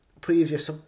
previous